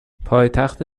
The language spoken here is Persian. پایتخت